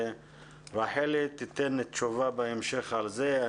ורחלי תיתן תשובה בהמשך על זה.